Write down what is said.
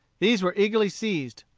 these were eagerly seized.